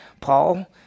Paul